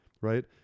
Right